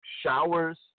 showers